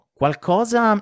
qualcosa